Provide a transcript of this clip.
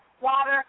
water